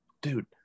Dude